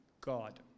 God